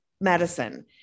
medicine